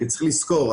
אתם צריכים לזכור,